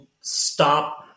stop